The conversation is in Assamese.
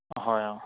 হয় অঁ